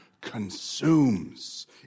consumes